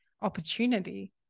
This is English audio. opportunity